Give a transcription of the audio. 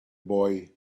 boy